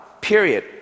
period